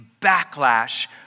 backlash